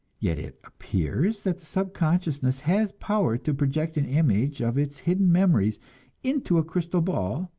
yet it appears that the subconsciousness has power to project an image of its hidden memories into a crystal ball,